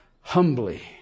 humbly